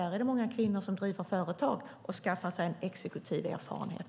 Där finns det många kvinnor som driver företag och skaffar sig en exekutiv erfarenhet.